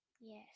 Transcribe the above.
yes